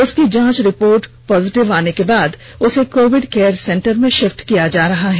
उसकी जांच report positive आने के बाद उसे कोविड केयर सेंटर में शिफ्ट किया जा रहा है